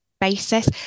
basis